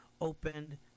opened